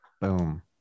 Boom